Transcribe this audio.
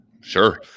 Sure